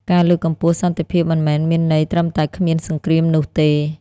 ការលើកកម្ពស់សន្តិភាពមិនមែនមានន័យត្រឹមតែគ្មានសង្គ្រាមនោះទេ។